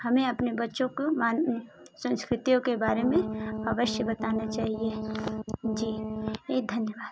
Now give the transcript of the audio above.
हमें अपने बच्चों को मान संस्कृतियों के बारे में अवश्य बताना चाहिए जी ए धन्यवाद